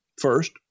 first